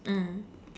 mm